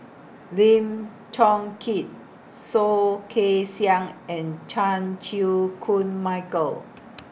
Lim Chong Keat Soh Kay Siang and Chan Chew Koon Michael